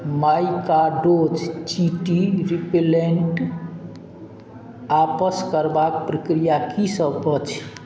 माइकाडोज चीटी रिपेलैन्ट आपस करबाक प्रक्रिया कि सब अछि